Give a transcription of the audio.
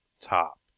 top